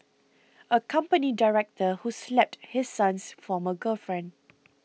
a company director who slapped his son's former girlfriend